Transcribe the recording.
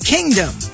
Kingdom